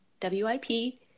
W-I-P